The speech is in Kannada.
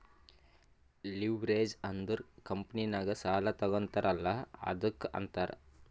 ಲಿವ್ರೇಜ್ ಅಂದುರ್ ಕಂಪನಿನಾಗ್ ಸಾಲಾ ತಗೋತಾರ್ ಅಲ್ಲಾ ಅದ್ದುಕ ಅಂತಾರ್